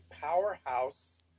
powerhouse